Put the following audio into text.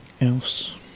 else